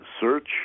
search